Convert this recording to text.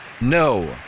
No